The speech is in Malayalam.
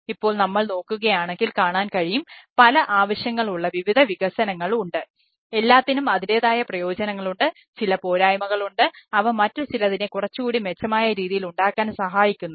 ഇപ്പോൾ നമ്മൾ നോക്കുകയാണെങ്കിൽ കാണാൻ കഴിയും പല ആവശ്യങ്ങൾ ഉള്ള വിവിധ വികസനങ്ങൾ ഉണ്ട് എല്ലാത്തിനും അതിൻറെതായ പ്രയോജനങ്ങളുണ്ട് ചില പോരായ്മകളുണ്ട് അവ മറ്റു ചിലതിനെ കുറച്ചുകൂടി മെച്ചമായ രീതിയിൽ ഉണ്ടാക്കാൻ സഹായിക്കുന്നുണ്ട്